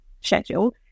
schedule